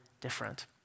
different